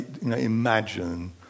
imagine